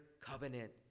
covenant